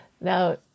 Now